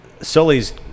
Sully's